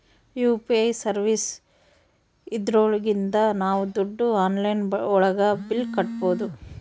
UPI services ಇದ್ರೊಳಗಿಂದ ನಾವ್ ದುಡ್ಡು ಆನ್ಲೈನ್ ಒಳಗ ಬಿಲ್ ಕಟ್ಬೋದೂ